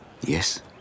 Yes